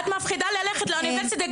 את מפחדת ללכת לאוניברסיטה,